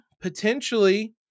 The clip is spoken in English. potentially